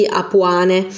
apuane